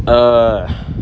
err